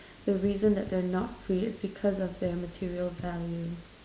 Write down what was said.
the reason that they're not free is because of their material value